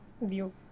view